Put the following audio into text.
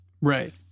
Right